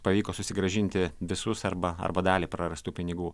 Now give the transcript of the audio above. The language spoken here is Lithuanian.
pavyko susigrąžinti visus arba arba dalį prarastų pinigų